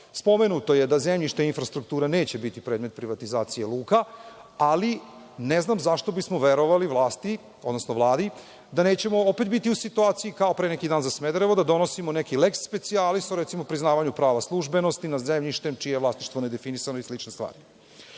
je da zemljište i infrastruktura neće biti predmet privatizacije luka, ali ne znam zašto bismo verovali Vladi da nećemo opet biti u situaciji kao pre neki dan za Smederevo, da donosimo neki leks specijalis o recimo priznavanju prava službenosti nad zemljištem čije je vlasništvo nedefinisano i slične